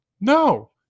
No